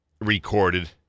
recorded